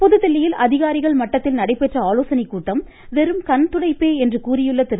புதுதில்லியில் அதிகாரிகள் மட்டத்தில் நடைபெற்ற ஆலோசனைக் கூட்டம் வெறும் கண் துடைப்பே என்றும் கூறியுள்ள திரு